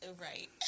Right